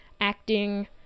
acting